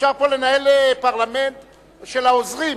אי-אפשר לנהל פה פרלמנט של העוזרים.